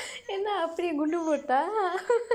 என்ன அப்படியே குண்டு போட்டுட்டார்:enna appadiyee kundu potdutdaar